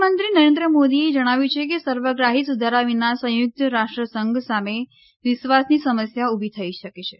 પ્રધાનમંત્રી નરેન્દ્ર મોદીએ જણાવ્યું છે કે સર્વગ્રાહી સુધારા વિના સંયુક્ત રાષ્ટ્ર સંઘ સામે વિશ્વાસની સમસ્યા ઊભી થઈ શકે છે